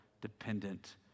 dependent